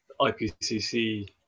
IPCC